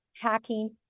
Hacking